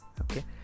Okay